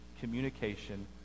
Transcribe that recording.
communication